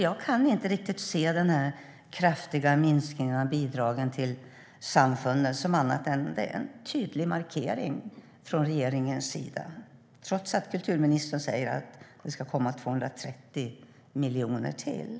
Jag kan inte riktigt se den här kraftiga minskningen av bidragen till samfunden som något annat än en tydlig markering från regeringens sida, trots att kulturministern säger att det ska komma 230 miljoner till.